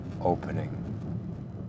opening